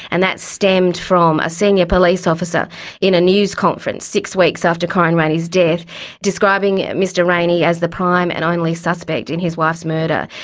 and that stemmed from a senior police officer in a news conference six weeks after corryn rayney's death describing mr rayney as the prime and only suspect in his wife's murder,